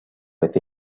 with